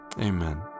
Amen